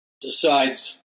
decides